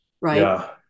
Right